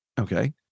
Okay